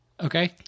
Okay